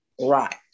Right